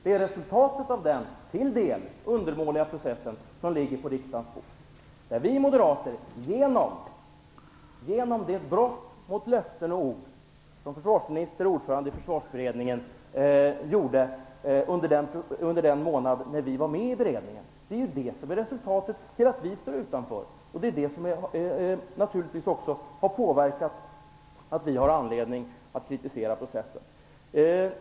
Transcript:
Det är resultatet av den till dels undermåliga processen som ligger på riksdagens bord. Det löfte som försvarsministern och ordföranden i Försvarsberedningen bröt under den månad då vi moderater var med i beredningen är anledningen till att vi står utanför. Det är naturligtvis också det som givit oss anledning att kritisera processen.